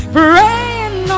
praying